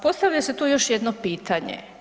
Postavlja se tu još jedno pitanje.